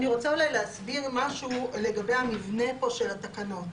אני רוצה אולי להסביר משהו לגבי המבנה פה של תקנות